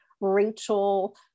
Rachel